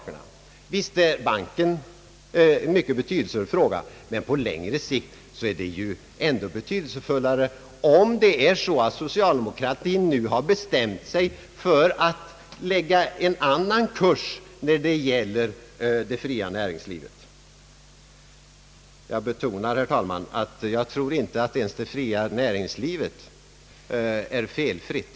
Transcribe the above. Visst är investeringsbanken en mycket betydelsefull fråga, men på längre sikt är det ju ännu betydelsefullare om socialdemo kratin nu skulle ha bestämt sig för att lägga om kursen i sin behandling av det fria näringslivet. Jag betonar, herr talman, att jag inte tror att det fria näringslivet är felfritt.